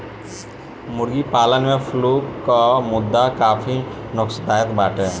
मुर्गी पालन में फ्लू कअ मुद्दा काफी नोकसानदायक बाटे